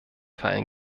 fallen